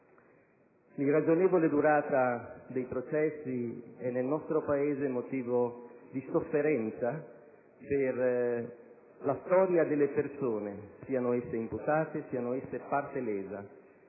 L'irragionevole durata dei processi è nel nostro Paese motivo di sofferenza per la storia delle persone, siano esse imputate siano esse parte lesa,